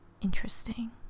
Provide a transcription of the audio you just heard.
interesting